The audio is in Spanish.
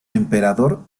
emperador